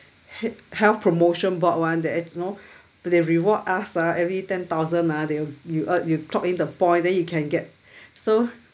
hea~ health promotion board [one] that know they reward us ah every ten thousand ah they'll you uh you clock in the point then you can get so